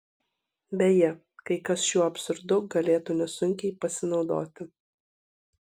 beje kai kas šiuo absurdu galėtų nesunkiai pasinaudoti